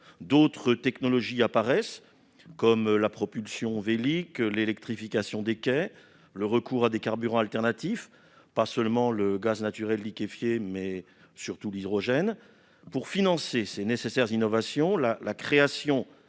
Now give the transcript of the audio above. D'autres technologies apparaissent, comme la propulsion vélique, l'électrification des quais, le recours à des carburants alternatifs, le gaz naturel liquéfié (GNL) et, surtout, l'hydrogène. Pour financer ces nécessaires innovations, la création